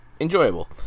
enjoyable